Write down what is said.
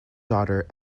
daughter